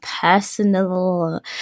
personal